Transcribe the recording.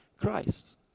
Christ